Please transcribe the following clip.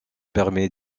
permet